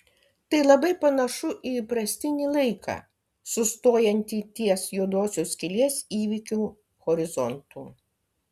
tai labai panašu į įprastinį laiką sustojantį ties juodosios skylės įvykių horizontu